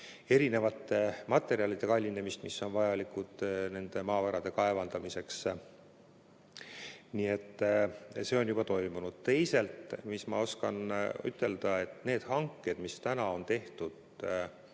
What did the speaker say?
erinevate materjalide kallinemist, mis on vajalikud nende maavarade kaevandamiseks. Nii et see on juba toimunud. Teisalt, mis ma oskan ütelda, need hanked, mis täna on tehtud